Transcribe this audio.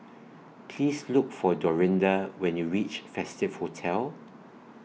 Please Look For Dorinda when YOU REACH Festive Hotel